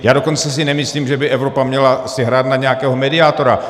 Já dokonce si nemyslím, že by si Evropa měla hrát na nějakého mediátora.